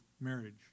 marriage